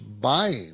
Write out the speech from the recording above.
buying